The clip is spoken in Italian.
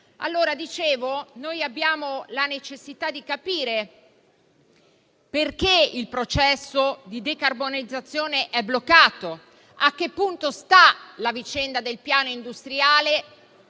questa vicenda. Abbiamo la necessità di capire perché il processo di decarbonizzazione è bloccato, a che punto si trova la vicenda del piano industriale